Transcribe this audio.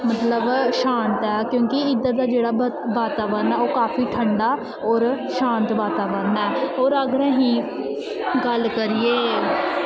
मतलब शांत ऐ क्योंकि इद्धर दा जेह्ड़ा वातावरण ओह् काफी ठंडा होर शांत वातावरण ऐ होर अगर असीं गल्ल करिए